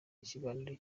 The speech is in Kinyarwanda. ikiganiro